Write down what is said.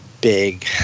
big